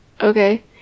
okay